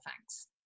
thanks